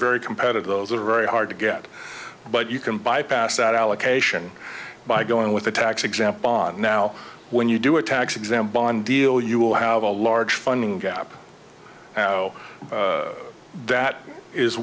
very competitive those are very hard to get but you can bypass that allocation by going with the tax example and now when you do a tax exempt bond deal you will have a large funding gap you know that is